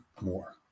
more